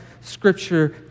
Scripture